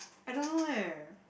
I don't know eh